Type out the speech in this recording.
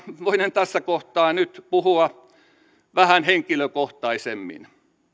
voinen tässä kohtaa nyt puhua vähän henkilökohtaisemmin